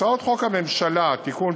הצעות חוק הממשלה (תיקון,